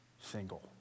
single